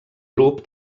grup